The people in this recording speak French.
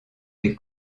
des